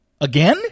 again